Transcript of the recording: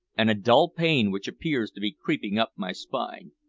and a dull pain which appears to be creeping up my spine.